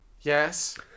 Yes